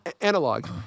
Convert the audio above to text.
analog